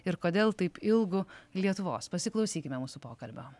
ir kodėl taip ilgu lietuvos pasiklausykime mūsų pokalbio